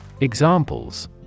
Examples